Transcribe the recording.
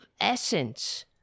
essence